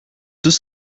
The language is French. deux